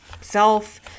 self